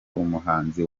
umuhanzi